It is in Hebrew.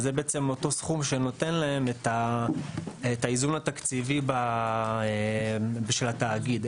וזה בעצם אותו סכום שנותן להם את האיזון התקציבי של התאגיד.